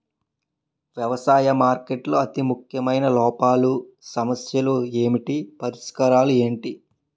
వ్యవసాయ మార్కెటింగ్ లో అతి ముఖ్యమైన లోపాలు సమస్యలు ఏమిటి పరిష్కారాలు ఏంటి?